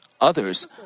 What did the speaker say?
others